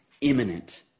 imminent